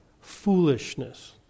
Foolishness